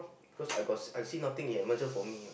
because I got I see nothing he had matches for me what